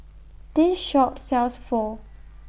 This Shop sells Pho